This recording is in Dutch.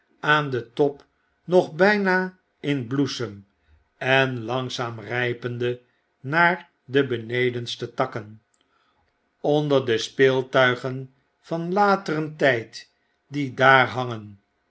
aan den top nog byna in bloesem en langzaam rypende naar de benedenste takken onder de speeltuigen van lateren tyd die daar hangen